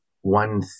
one